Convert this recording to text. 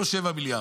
לא 7 מיליארד,